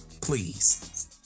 Please